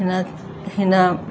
हिन हिन